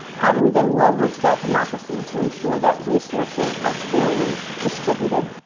how do we then leverage that democracy to ensure that resources are fairly distributed,